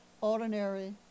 ordinary